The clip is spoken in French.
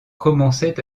commençait